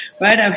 right